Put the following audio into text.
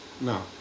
No